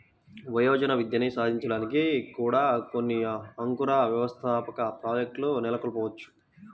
వయోజన విద్యని సాధించడానికి కూడా కొన్ని అంకుర వ్యవస్థాపక ప్రాజెక్ట్లు నెలకొల్పవచ్చు